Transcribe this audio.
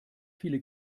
viele